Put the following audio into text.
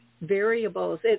variables